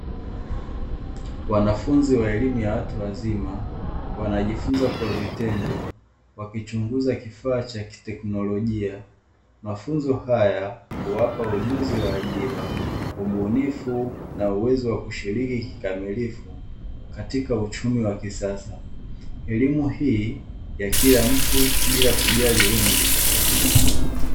Wanafunzi wa elimu ya watu wazima wanajifunza kwa vitendo wakichunguza kifaa cha kiteknolojia, mafunzo haya huwapa ujuzi wa ajira, ubunifu na uwezo wa kushiriki kikamilifu katika uchumi wa kisasa, elimu hii ya kila mtu bila kujali umri.